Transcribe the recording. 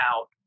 out